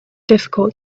difficult